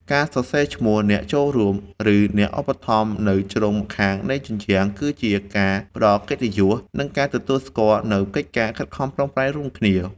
ការសរសេរឈ្មោះអ្នកចូលរួម ឬអ្នកឧបត្ថម្ភនៅជ្រុងម្ខាងនៃជញ្ជាំង គឺជាការផ្ដល់កិត្តិយស និងការទទួលស្គាល់នូវកិច្ចខិតខំប្រឹងប្រែងរួមគ្នា។